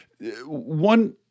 One